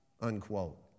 unquote